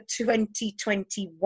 2021